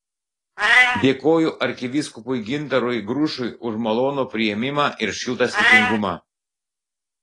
dėkoju arkivyskupui gintarui grušui už malonų priėmimą ir šiltą svetingumą